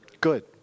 good